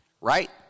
right